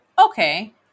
Okay